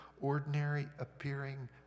ordinary-appearing